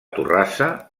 torrassa